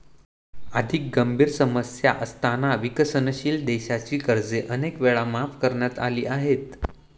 अधिक गंभीर समस्या असताना विकसनशील देशांची कर्जे अनेक वेळा माफ करण्यात आली आहेत